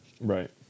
Right